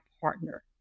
partner